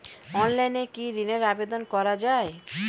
অনলাইনে কি ঋনের আবেদন করা যায়?